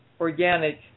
organic